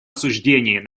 осуждении